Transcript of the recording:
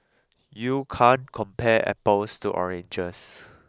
you can't compare apples to oranges